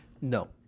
No